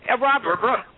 Robert